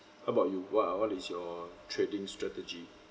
how about you what uh what is your trading strategy